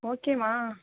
ஓகேம்மா